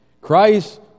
Christ